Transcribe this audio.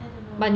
I don't know